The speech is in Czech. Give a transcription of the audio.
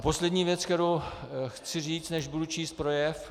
Poslední věc, kterou chci říct, než budu číst projev.